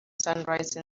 sunrise